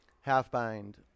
Half-bind